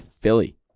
Philly